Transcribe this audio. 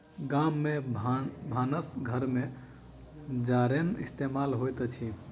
गाम में भानस घर में जारैन इस्तेमाल होइत अछि